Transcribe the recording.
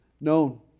known